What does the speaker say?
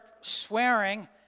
swearing